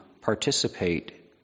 participate